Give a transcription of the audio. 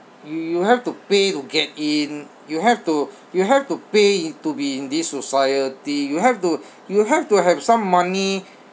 you you have to pay to get in you have to you have to pay to be in this society you have to you have to have some money